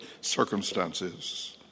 circumstances